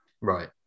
right